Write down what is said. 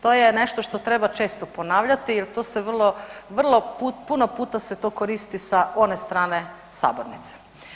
To je nešto što treba često ponavljati jer to se vrlo, vrlo puno puta se to koristi sa one strane sabornice.